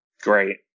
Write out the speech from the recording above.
great